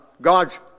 God's